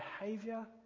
behavior